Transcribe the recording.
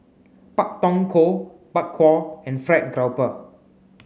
Pak Thong Ko Bak Kwa and fried grouper